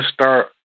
start